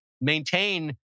maintain